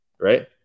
Right